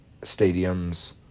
stadiums